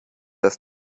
dass